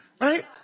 right